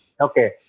Okay